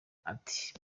ati